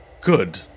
good